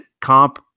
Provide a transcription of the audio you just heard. comp